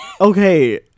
Okay